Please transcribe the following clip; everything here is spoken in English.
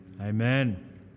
amen